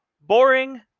boring